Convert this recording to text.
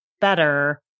better